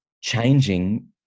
changing